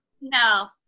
No